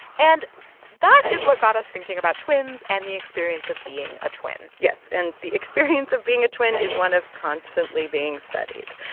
and that is what got us thinking about twins and the experience of being a twin yes. and the experience of being a twin is one of constantly being studied.